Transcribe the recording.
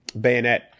bayonet